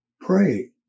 Pray